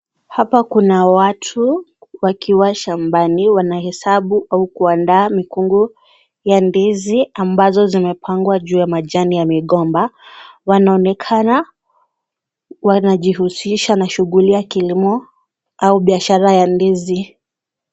Hapa kuna watu wakiwa shambani, wanahesabu au kuandaa mikungu ya ndizi ambazo zinapangwa juu ya majani ya migomba, wanaonekana wanajihusisha na shughuli ya kilimo au biashara ya ndizi.